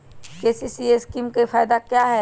KCC scheme का फायदा क्या है?